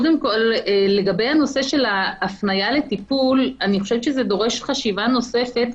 לגבי הנושא של ההפניה לטיפול אני חושבת שזה דורש חשיבה נוספת,